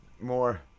More